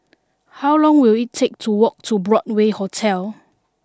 how long will it take to walk to Broadway Hotel